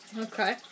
Okay